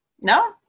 No